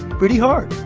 pretty hard